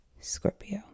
Scorpio